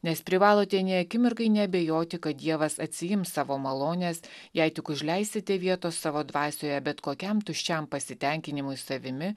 nes privalote nė akimirkai neabejoti kad dievas atsiims savo malones jei tik užleisite vietos savo dvasioje bet kokiam tuščiam pasitenkinimui savimi